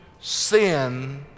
sin